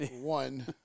One